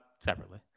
separately